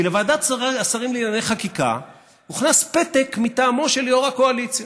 כי לוועדת השרים לענייני חקיקה הוכנס פתק מטעמו של יו"ר הקואליציה,